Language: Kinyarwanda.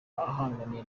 ahanganiye